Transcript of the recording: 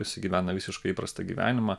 jis gyvena visiškai įprastą gyvenimą